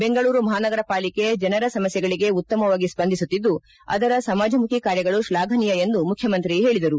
ಬೆಂಗಳೂರು ಮಹಾನಗರ ಪಾಲಿಕೆ ಜನರ ಸಮಸ್ಕೆಗಳಿಗೆ ಉತ್ತಮವಾಗಿ ಸ್ಪಂದಿಸುತ್ತಿದ್ದು ಅದರ ಸಮಾಜಮುಖಿ ಕಾರ್ಯಗಳು ಶ್ವಾಘನೀಯ ಎಂದು ಮುಖ್ಯಮಂತ್ರಿ ಹೇಳಿದರು